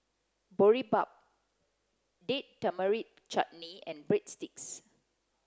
Boribap Date Tamarind Chutney and Breadsticks